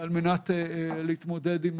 על מנת להתמודד עם